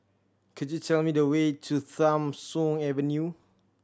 could you tell me the way to Tham Soong Avenue